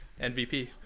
MVP